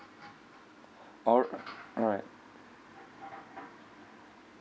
alr~ alright